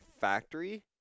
factory